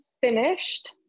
finished